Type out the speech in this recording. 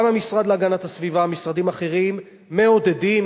גם המשרד להגנת הסביבה ומשרדים אחרים מעודדים,